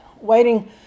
waiting